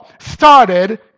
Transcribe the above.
started